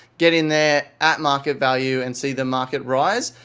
get in there at market value and see the market rise.